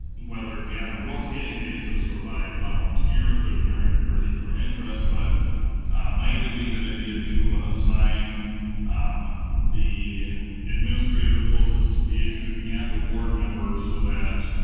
whether it be on a rotating basis or by volunteer, if there's an area particular interest, but might it be a good idea to assign um the administrator closest to the issue and a board member so that,